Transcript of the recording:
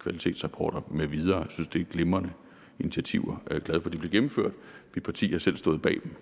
kvalitetsrapporter m.v. Jeg synes, at det er glimrende initiativer, og jeg er glad for, at de blev gennemført. Mit parti har selv stået bag dem.